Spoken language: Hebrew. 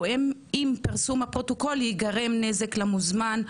או אם פרסום הפרוטוקול ייגרם נזק למוזמן,